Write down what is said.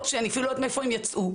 שאני אפילו לא יודעת מאיפה הן יצאו.